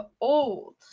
old